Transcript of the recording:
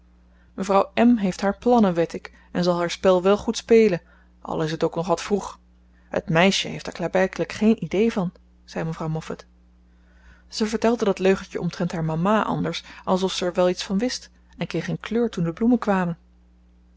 mevrouw m heeft haar plannen wed ik en zal haar spel wel goed spelen al is het ook nog wat vroeg het meisje heeft er klaarblijkelijk geen idee van zei mevrouw moffat ze vertelde dat leugentje omtrent haar mama anders alsof zij er wel iets van wist en kreeg een kleur toen de bloemen kwamen